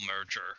merger